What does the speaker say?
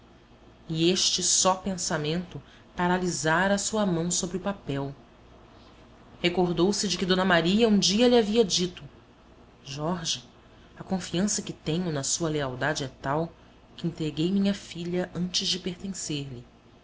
e este só pensamento paralisara a sua mão sobre o papel recordou-se de que d maria um dia lhe havia dito jorge a confiança que tenho na sua lealdade é tal que entreguei minha filha antes de